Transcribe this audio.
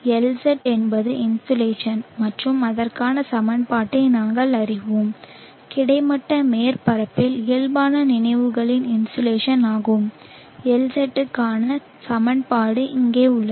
LZ என்பது insolation மற்றும் அதற்கான சமன்பாட்டை நாங்கள் அறிவோம் கிடைமட்ட மேற்பரப்பில் இயல்பான நிகழ்வுகளில் இன்சோலேஷன் ஆகும் LZ க்கான சமன்பாடு இங்கே உள்ளது